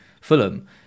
Fulham